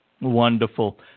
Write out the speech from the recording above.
Wonderful